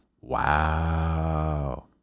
Wow